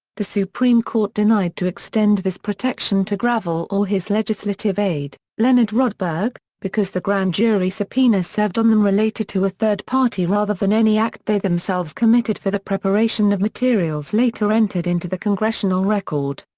the supreme court denied to extend this protection to gravel or his legislative aide, leonard rodberg, because the grand jury subpoena served on them related to a third party rather than any act they themselves committed for the preparation of materials later entered into the congressional record.